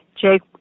Jake